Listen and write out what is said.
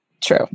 true